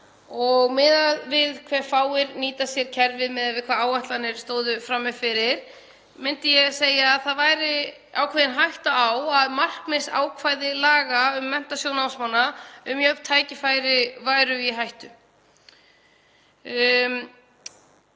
Miðað við hve fáir nýta sér kerfið miðað við hvað áætlanir gerðu ráð fyrir myndi ég segja að það væri ákveðin hætta á að markmiðsákvæði laga um Menntasjóð námsmanna um jöfn tækifæri væru í hættu.